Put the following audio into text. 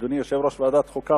אדוני יושב-ראש ועדת החוקה,